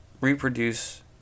reproduce